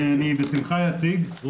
אני בשמחה אציג.